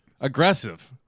Aggressive